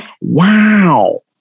wow